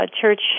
church